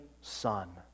Son